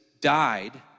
died